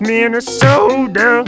Minnesota